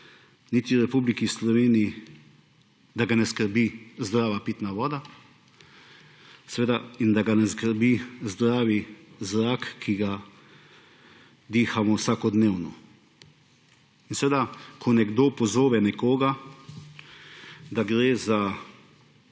niti v Republiki Sloveniji, da ga ne skrbi zdrava pitna voda in da ga ne skrbi zdrav zrak, ki ga dihamo vsakodnevno. In ko nekdo pozove nekoga, da gre za